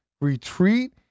Retreat